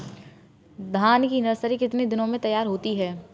धान की नर्सरी कितने दिनों में तैयार होती है?